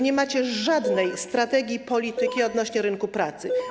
Nie macie żadnej strategii, polityki odnośnie do rynku pracy.